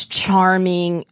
charming